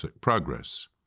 progress